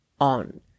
on